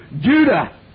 Judah